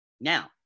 Now